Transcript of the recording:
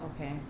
okay